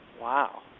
Wow